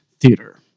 theater